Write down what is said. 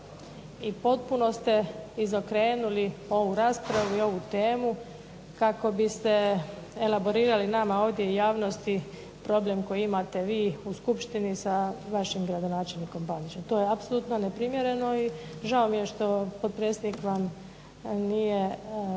I potpuno ste izokrenuli ovu raspravu i ovu temu kako biste elaborirali nama ovdje i javnosti problem koji imate vi u skupštini sa vašim gradonačelnikom BAndićem, to je apsolutno ne primjereno i žao mi je što potpredsjednik nije